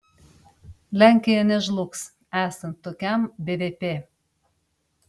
lenkija nežlugs esant tokiam bvp